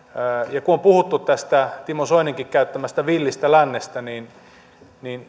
ja kun on puhuttu tästä timo soininkin käyttämästä villistä lännestä niin niin